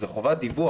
זאת חובת דיווח.